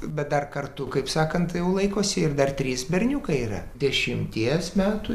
bet dar kartu kaip sakant jau laikosi ir dar trys berniukai yra dešimties metų